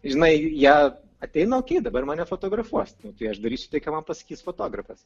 žinai jie ateina okei dabar mane fotografuos tai aš darysiu tai ką man pasakys fotografas